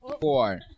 four